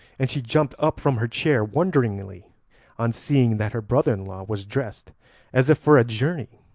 and she jumped up from her chair wonderingly on seeing that her brother-in-law was dressed as if for a journey,